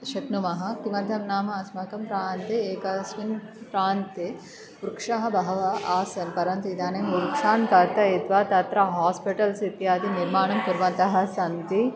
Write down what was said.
शक्नुमः किमर्थ नाम अस्माकं प्रान्ते एकस्मिन् प्रान्ते वृक्षः बहवः आसन् परन्तु इदानीं वृक्षान् कर्तयित्वा तत्र हास्पिटल्स् इत्यादि निर्माणं कुर्वन्तः सन्ति